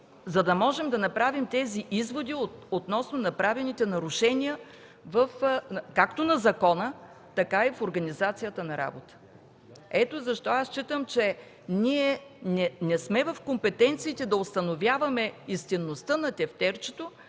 за да можем да направим тези изводи относно направените нарушения както на закона, така и в организацията на работата. Ето защо считам, че ние не сме в компетенциите да установяваме истинността на тефтерчето